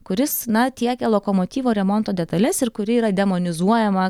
kuris na tiekia lokomotyvo remonto detales ir kuri yra demonizuojama